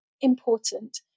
important